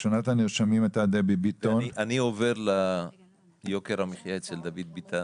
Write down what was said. אני עובר ליוקר המחיה אצל דוד ביטן.